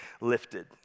lifted